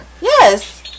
Yes